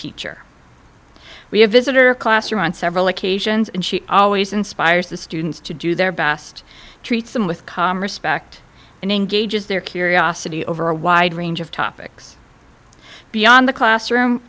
teacher we have visitor classroom on several occasions and she always inspires the students to do their best treats them with calm respect and engages their curiosity over a wide range of topics beyond the classroom